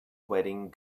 wedding